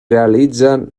realitzen